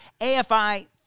AFI